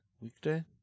Weekday